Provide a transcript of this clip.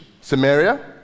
Samaria